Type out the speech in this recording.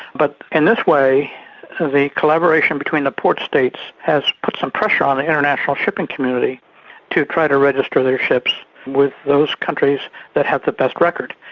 but in this way the collaboration between the port states has put some pressure on the international shipping community to try to register their ships with those countries that have the best record,